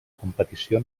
competició